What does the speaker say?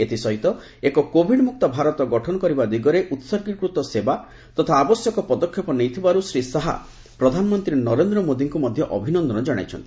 ଏଥିସହିତ ଏକ କୋଭିଡ୍ମ୍ରକ୍ତ ଭାରତ ଗଠନ କରିବା ଦିଗରେ ଉତ୍ସର୍ଗୀକୃତ ସେବା ତଥା ଆବଶ୍ୟକ ପଦକ୍ଷେପ ନେଇଥିବାର୍ ଶ୍ରୀ ଶାହା ପ୍ରଧାନମନ୍ତ୍ରୀ ନରେନ୍ଦ୍ର ମୋଦିଙ୍କ ମଧ୍ୟ ଅଭିନନ୍ଦନ ଜଣାଇଛନ୍ତି